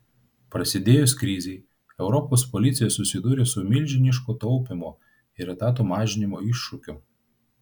prasidėjus krizei europos policija susidūrė su milžiniško taupymo ir etatų mažinimo iššūkiu